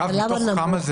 מתוך כמה זה?